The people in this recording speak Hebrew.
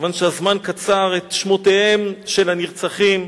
כיוון שהזמן קצר, את שמותיהם של הנרצחים: